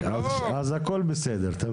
אוקיי, אז הכל בסדר, תמשיך.